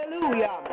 Hallelujah